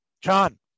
John